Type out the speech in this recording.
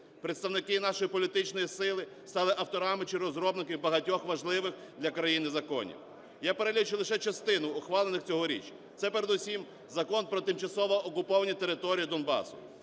Представники нашої політичної сили стали авторами чи розробниками багатьох важливих для країни законів, я перелічу лише частину ухвалених цьогоріч. Це передусім Закон про тимчасово окуповані території Донбасу.